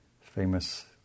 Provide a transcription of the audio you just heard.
famous